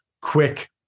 quick